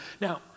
Now